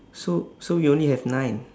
so so you only have nine